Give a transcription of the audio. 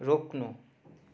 रोक्नु